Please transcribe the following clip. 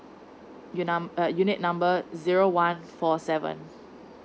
u num~ um unit number zero one four seven